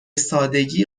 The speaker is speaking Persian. سادگی